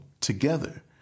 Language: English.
together